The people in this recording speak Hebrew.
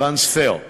טרנספר,